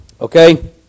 Okay